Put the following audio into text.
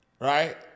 right